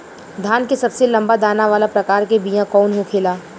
धान के सबसे लंबा दाना वाला प्रकार के बीया कौन होखेला?